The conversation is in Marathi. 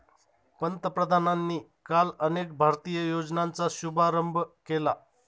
पंतप्रधानांनी काल अनेक भारतीय योजनांचा शुभारंभ केला